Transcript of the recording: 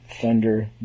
Thunder